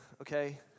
okay